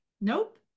nope